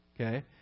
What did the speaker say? Okay